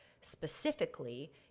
specifically